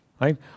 right